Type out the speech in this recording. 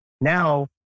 now